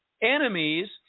enemies